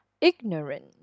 ignorant